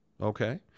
Okay